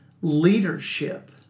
leadership